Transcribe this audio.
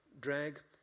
drag